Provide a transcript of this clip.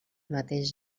mateix